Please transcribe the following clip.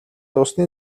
усны